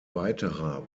weiterer